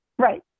Right